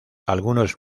algunos